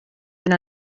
been